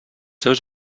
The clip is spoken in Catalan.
seus